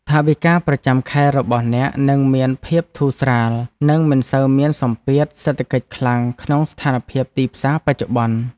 ថវិកាប្រចាំខែរបស់អ្នកនឹងមានភាពធូរស្រាលនិងមិនសូវមានសម្ពាធសេដ្ឋកិច្ចខ្លាំងក្នុងស្ថានភាពទីផ្សារបច្ចុប្បន្ន។